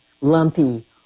lumpy